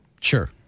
Sure